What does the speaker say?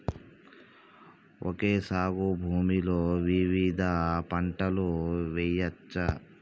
Okay సాగు భూమిలో వివిధ పంటలు వెయ్యచ్చా?